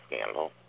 scandal